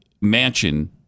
mansion